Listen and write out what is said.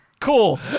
cool